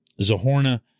Zahorna